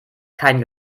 keinen